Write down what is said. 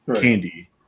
candy